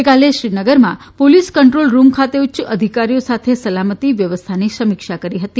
ગઇકાલે શ્રીનગરમાં police control room ખાતે ઉચ્ય અધિકારીઓ સાથે સલામતી વ્યવસ્થાની સમીક્ષા કરી હતી